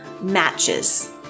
matches